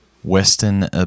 Western